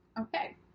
Okay